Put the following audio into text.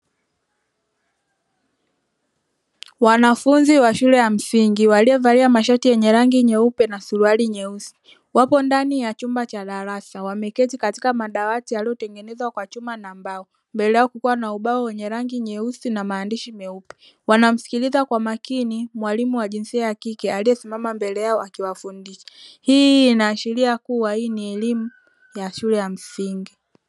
Wanafunzi wa shule ya msingi waliovalia mashati yenye rangi nyeupe na suruali nyeusi wapo ndani ya chumba cha darasa wameketi katika madawati yaliyotengenezwa kwa chuma na mbao mbele yako kuwa na ubao wenye rangi nyeusi na maandishi meupe wanamsikiliza kwa makini mwalimu wa jinsia ya kike aliyesimama mbele yao akiwafundisha hii inaashiria kuwa hii ni elimu ya shule ya msingi.